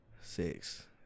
Six